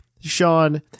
Sean